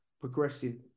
progressing